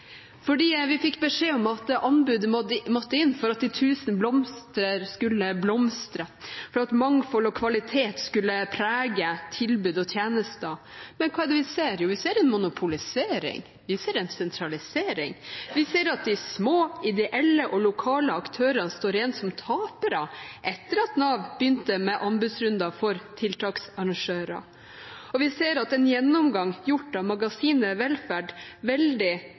vi fikk beskjed om at anbud måtte inn for at de tusen blomster skulle blomstre, for at mangfold og kvalitet skulle prege tilbud og tjenester. Men hva er det vi ser? Jo, vi ser en monopolisering. Vi ser en sentralisering. Vi ser at de små ideelle og lokale aktørene står igjen som tapere etter at Nav begynte med anbudsrunder for tiltaksarrangører. Og vi ser at en gjennomgang gjort av magasinet Velferd veldig